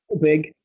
big